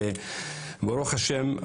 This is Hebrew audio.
ברוך השם,